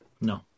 No